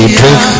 drink